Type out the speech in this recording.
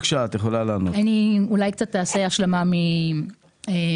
אני אתן השלמה קצרה.